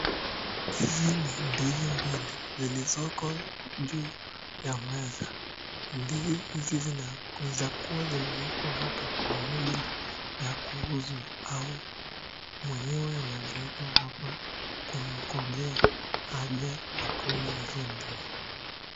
Hizi ni ndizi mbili zilizoko juu ya meza, Ndizi hizi zinaweza kuwa zimewekwa hapa kwa minajili ya kuuzwa au mwenyewe ameziweka hapa kumngojea aje akule hizo ndizi.